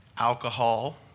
alcohol